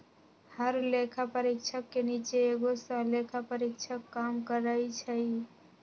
हर लेखा परीक्षक के नीचे एगो सहलेखा परीक्षक काम करई छई